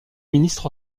ministre